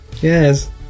Yes